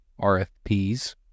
RFPs